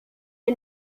der